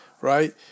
Right